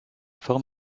fort